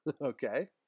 Okay